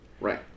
Right